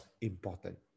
important